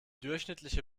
durchschnittliche